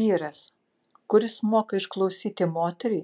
vyras kuris moka išklausyti moterį